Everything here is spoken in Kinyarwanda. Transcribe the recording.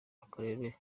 akarere